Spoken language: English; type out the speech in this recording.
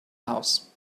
house